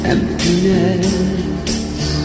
Emptiness